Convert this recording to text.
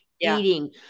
eating